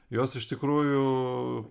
jos iš tikrųjų